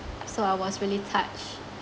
so I was really touched